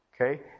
okay